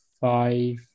five